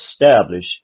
establish